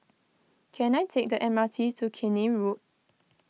can I take the M R T to Keene Road